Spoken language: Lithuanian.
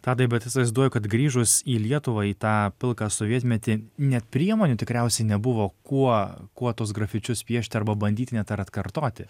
tadai bet įsivaizduoju kad grįžus į lietuvą į tą pilką sovietmetį net priemonių tikriausiai nebuvo kuo kuo tuos grafičius piešti arba bandyti net ar atkartoti